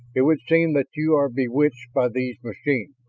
it would seem that you are bewitched by these machines,